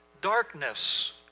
darkness